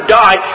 die